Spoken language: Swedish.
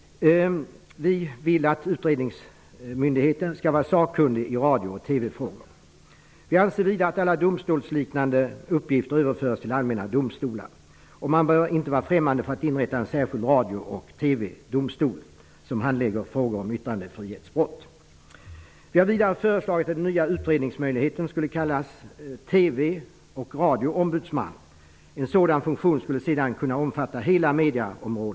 Vi vill att utredningsmyndigheten skall vara sakkunnig i radio och TV-frågor. Vi anser vidare att alla domstolsliknande uppgifter skall överföras till allmänna domstolar. Man bör inte vara främmande för att inrätta en särskild radio och TV-domstol som handlägger frågor om yttrandefrihetsbrott. Vi har vidare föreslagit att den nya utredningsmyndigheten skulle kallas TV och radioombudsmannen. En sådan funktion skulle sedan kunna omfatta hela medieområdet.